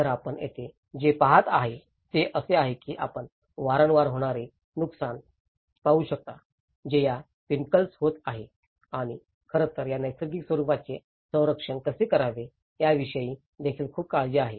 तर आपण येथे जे पहात आहात ते असेच आहे की आपण वारंवार होणारे नुकसान पाहू शकता जे या पिनकल्स होत आहे आणि खरं तर या नैसर्गिक स्वरुपाचे रक्षण कसे करावे याविषयी देखील खूप काळजी आहे